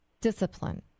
discipline